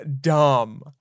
dumb